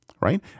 Right